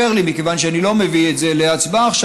מכיוון שאני לא מביא את זה להצבעה עכשיו,